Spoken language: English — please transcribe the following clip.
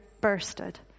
bursted